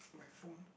my phone